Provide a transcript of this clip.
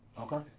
Okay